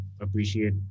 appreciate